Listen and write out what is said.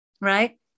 right